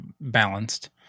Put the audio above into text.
balanced